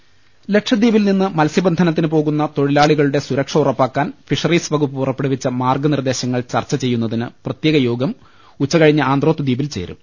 രദ്ദേഷ്ടങ ലക്ഷദ്വീപിൽ നിന്ന് മത്സ്യബന്ധനത്തിന് പോകുന്ന തൊഴിലാളികളുടെ സുരക്ഷ ഉറപ്പാക്കാൻ ഫിഷറീസ് വകുപ്പ് പുറപ്പെടുവിച്ച മാർഗനിർദ്ദേശങ്ങൾ ചർച്ച ചെയ്യുന്നതിന് പ്രത്യേക യോഗം ഉച്ചകഴിഞ്ഞ് ആന്ത്രോത്ത് ദ്വീപിൽ ചേരും